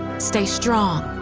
stay strong,